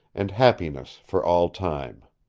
and happiness for all time.